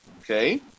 okay